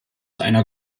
einer